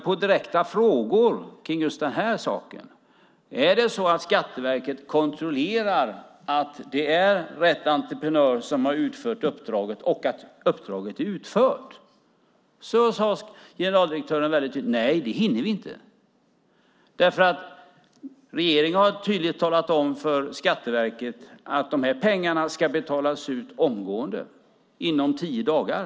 På direkta frågor just om det är så att Skatteverket kontrollerar att det är rätt entreprenör, att pengarna går till den som utfört uppdraget, och att uppdraget är utfört svarade generaldirektören väldigt tydligt: Nej, det hinner vi inte därför att regeringen tydligt har talat om för Skatteverket att de här pengarna ska betalas ut omgående, inom tio dagar.